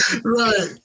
right